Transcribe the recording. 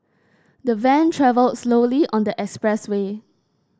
the van travelled slowly on the expressway